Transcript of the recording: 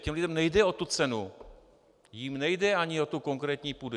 Těm lidem nejde o tu cenu, jim nejde ani o tu konkrétní půdu.